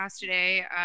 today